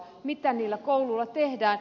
mitä niillä kouluilla tehdään